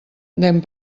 dent